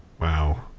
Wow